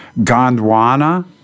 Gondwana